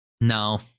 No